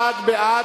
31 בעד,